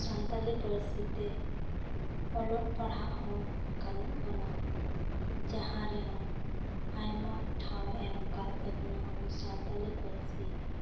ᱥᱟᱱᱛᱟᱞᱤ ᱯᱟᱹᱨᱥᱤ ᱛᱮ ᱚᱞᱚᱜ ᱯᱟᱲᱦᱟᱜ ᱦᱚᱸ ᱜᱟᱱᱚᱜ ᱠᱟᱱᱟ ᱡᱟᱦᱟᱸ ᱨᱮᱦᱚᱸ ᱟᱭᱢᱟ ᱴᱷᱟᱶᱮ ᱮᱢ ᱟᱠᱟᱫ ᱛᱟᱵᱚᱱᱟ ᱟᱵᱚ ᱥᱟᱱᱛᱟᱞᱤ ᱯᱟᱹᱨᱥᱤ